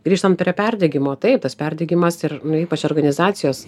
grįžtam prie perdegimo taip tas perdegimas ir ypač organizacijos